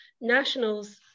nationals